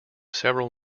several